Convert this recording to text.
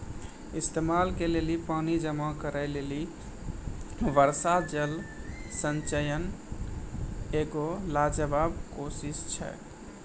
इस्तेमाल के लेली पानी जमा करै लेली वर्षा जल संचयन एगो लाजबाब कोशिश छै